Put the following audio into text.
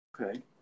Okay